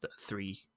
three